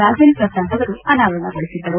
Rajendra Prasad ಅನಾವರಣಗೊಳಿಸಿದ್ದರು